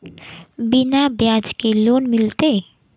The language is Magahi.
बिना ब्याज के लोन मिलते?